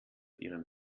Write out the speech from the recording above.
ihren